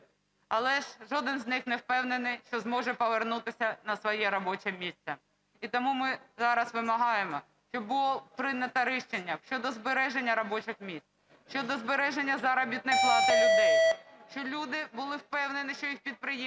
Але ж жоден з них не впевнений, що зможе повернутися на своє робоче місце. І тому ми зараз вимагаємо, щоб було прийнято рішення щодо збереження робочих місць, щодо збереження заробітної плати людей, щоб люди були впевнені, що їхні підприємства